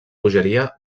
bogeria